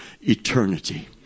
eternity